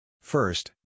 First